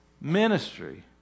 ministry